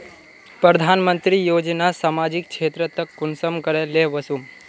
प्रधानमंत्री योजना सामाजिक क्षेत्र तक कुंसम करे ले वसुम?